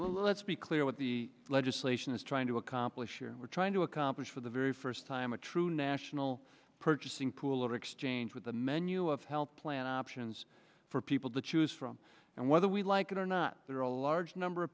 let's be clear what the legislation is trying to accomplish and we're trying to accomplish for the very first time a true national purchasing pool or exchange with a menu of health plan options for people to choose from and whether we like it or not there are a large number of